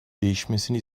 değişmesini